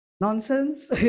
nonsense